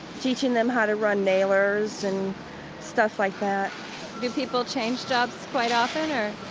teaching them how to run nailers and stuff like that do people change jobs quite often, or,